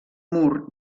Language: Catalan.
mur